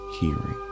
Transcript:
hearing